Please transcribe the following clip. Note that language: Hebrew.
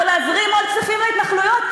ולהזרים עוד כספים להתנחלויות?